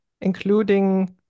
including